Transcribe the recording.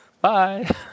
Bye